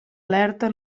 alerta